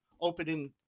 opening